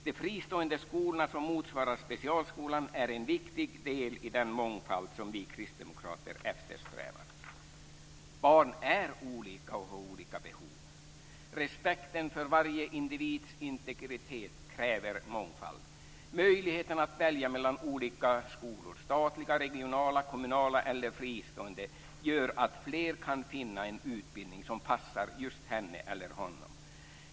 De fristående skolor som motsvarar specialskolan är en viktig del i den mångfald som vi kristdemokrater eftersträvar. Barn är olika och har olika behov. Respekten för varje individs integritet kräver mångfald. Möjligheten att välja mellan olika skolor - statliga, regionala, kommunala eller fristående - gör att fler kan finna en utbildning som passar just henne eller honom.